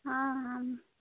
हाँ हाँ